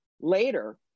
Later